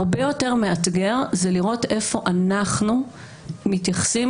הרבה יותר מאתגר לראות איפה אנחנו מתייחסים